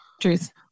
Truth